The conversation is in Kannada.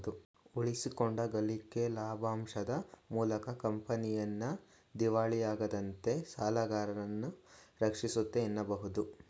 ಉಳಿಸಿಕೊಂಡ ಗಳಿಕೆ ಲಾಭಾಂಶದ ಮೂಲಕ ಕಂಪನಿಯನ್ನ ದಿವಾಳಿಯಾಗದಂತೆ ಸಾಲಗಾರರನ್ನ ರಕ್ಷಿಸುತ್ತೆ ಎನ್ನಬಹುದು